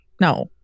no